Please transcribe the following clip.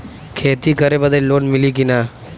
खेती करे बदे लोन मिली कि ना?